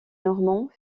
normands